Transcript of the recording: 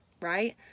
right